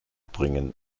bringen